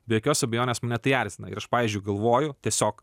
be jokios abejonės mane tai erzina ir aš pavyzdžiui galvoju tiesiog